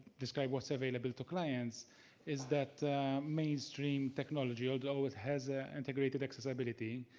describe what is available to clients is that mainstream technology, although it has ah integrated accessibility,